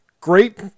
great